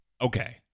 okay